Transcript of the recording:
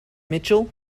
mitchell